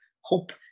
hope